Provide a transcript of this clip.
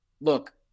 look